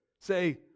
Say